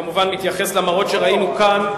כמובן מתייחס למראות שראינו כאן,